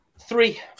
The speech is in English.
three